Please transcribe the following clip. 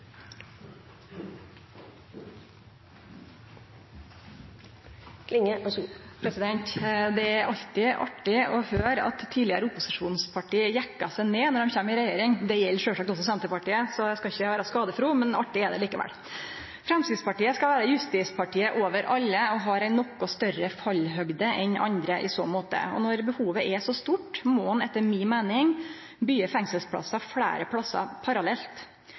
alltid artig å høyre at tidlegare opposisjonsparti jekkar seg ned når dei kjem i regjering. Det gjeld sjølvsagt også Senterpartiet, så eg skal ikkje vere skadefro. Men artig er det likevel! Framstegspartiet skal vere justispartiet over alle og har ei noko større fallhøgde enn andre i så måte. Når behovet er så stort, må ein etter mi meining byggje fengselsplassar fleire stader parallelt.